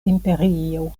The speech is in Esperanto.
imperio